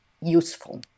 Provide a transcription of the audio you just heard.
useful